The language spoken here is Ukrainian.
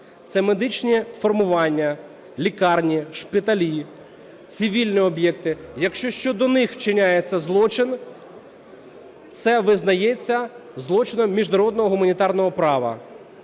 це медичні формування, лікарні, шпиталі, цивільні об'єкти. Якщо щодо них вчиняється злочин, це визначається злочином міжнародного гуманітарного права.